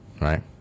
right